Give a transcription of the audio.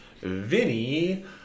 Vinny